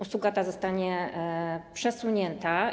Usługa ta zostanie przesunięta.